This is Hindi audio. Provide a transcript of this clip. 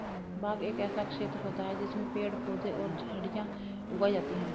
बाग एक ऐसा क्षेत्र होता है जिसमें पेड़ पौधे और झाड़ियां उगाई जाती हैं